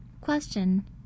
question